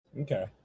okay